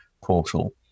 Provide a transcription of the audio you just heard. portal